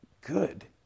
Good